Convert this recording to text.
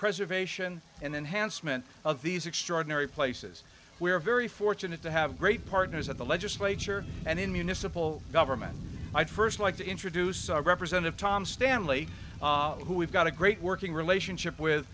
preservation and enhanced men of these extraordinary places we're very fortunate to have great partners in the legislature and in municipal government i'd st like to introduce our representative tom stanley who we've got a great working relationship with